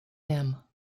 him